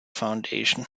foundation